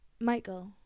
Michael